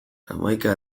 hamaika